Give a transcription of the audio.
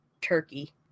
Turkey